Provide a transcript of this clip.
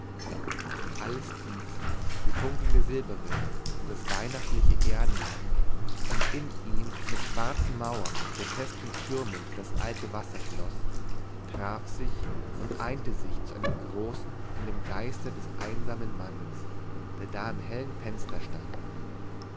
und alles dies die funkelnde silberwelt und das weihnachtliche erdenland und in ihm mit schwarzen mauern und grotesken türmen das alte wasserschloß traf sich und einte sich zu einem großen in dem geiste des einsamen mannes der da im hellen fenster stand